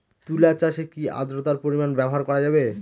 তুলা চাষে কি আদ্রর্তার পরিমাণ ব্যবহার করা যাবে?